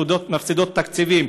מפסידות תקציבים,